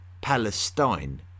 Palestine